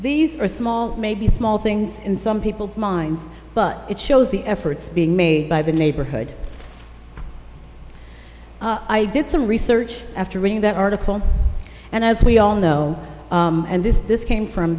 these are small maybe small things in some people's minds but it shows the efforts being made by the neighborhood i did some research after reading that article and as we all know and this this came from